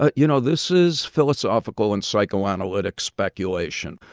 but you know, this is philosophical and psychoanalytic speculation.